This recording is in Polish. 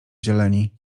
zieleni